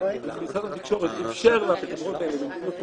בשביל החידושים הטכנולוגיים בהרבה מישורים,